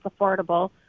affordable